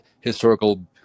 historical